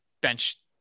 bench